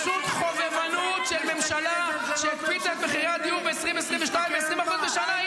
פשוט חובבנות של ממשלה שהקפיצה את מחירי הדיור ב-2022 ב-20% בשנה.